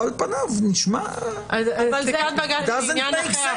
על פניו הוא נשמע doesn't make sense.